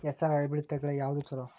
ಹೆಸರ ಹೈಬ್ರಿಡ್ ತಳಿಗಳ ಯಾವದು ಚಲೋ?